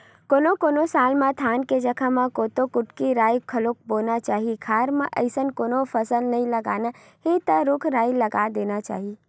कोनो कोनो साल म धान के जघा म कोदो, कुटकी, राई घलोक बोना चाही खार म अइसन कोनो फसल नइ लगाना हे त रूख राई लगा देना चाही